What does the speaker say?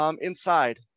inside